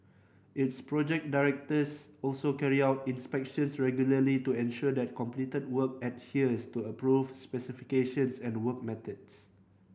its project directors also carry out inspections regularly to ensure that completed work adheres to approved specifications and work methods